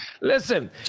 Listen